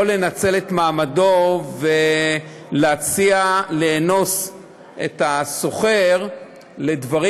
יכול לנצל את מעמדו ולהציע לאנוס את השוכר לדברים